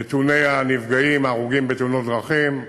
נתוני הנפגעים, ההרוגים, בתאונות הדרכים,